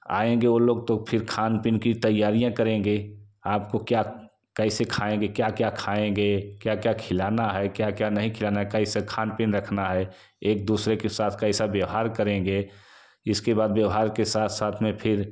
आएँगे वो लोग तो फिर खान पीन की तैयारियाँ करेंगे आपको क्या कैसे खाएँगे क्या क्या खाएँगे क्या क्या खिलाना है क्या क्या नहीं खिलाना है कैसे खान पीन रखना है एक दूसरे के साथ कैसा व्यवहार करेंगे इसके बाद व्यवहार के साथ साथ में फिर